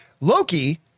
Loki